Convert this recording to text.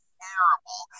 terrible